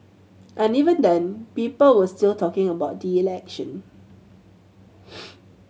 and even then people were still talking about the election